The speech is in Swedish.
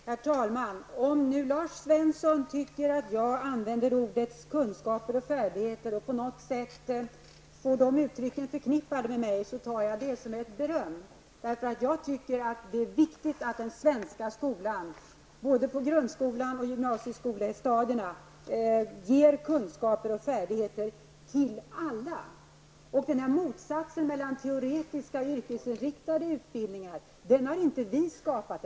Herr talman! Om Lars Svensson tycker att jag använder uttrycken kunskap och färdigheter och förknippar dem med mig, tar jag det som ett beröm. Jag tycker nämligen att det är viktigt att den svenska skolan, både på grundskole och gymnasieskolestadierna, ger kunskaper och färdigheter till alla. Motsatsen mellan teoretiska och yrkesinriktade utbildningar har inte vi skapat.